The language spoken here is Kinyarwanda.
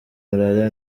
malaria